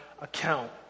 account